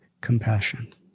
compassion